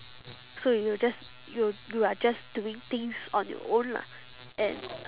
so you are just you you are just doing things on your own lah and